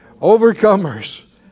overcomers